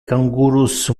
kangurus